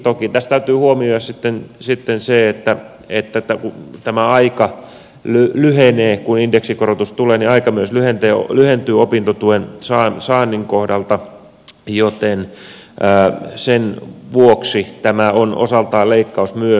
toki tässä täytyy huomioida sitten se että kun tämä aika lyhenee kun indeksikorotus tulee niin aika myös lyhentyy opintotuen saannin kohdalta joten sen vuoksi tämä on osaltaan leikkaus myös